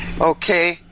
Okay